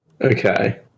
Okay